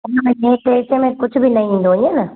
उन में net weight में कुझु बि न ईंदो ईअं न